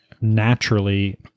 naturally